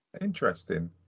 Interesting